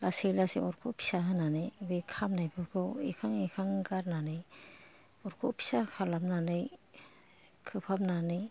लासै लासै अरखौ फिसा होनानै बे खामनायफोरखौ एखां एखां गारनानै अरखौ फिसा खालामनानै खोबहाबनानै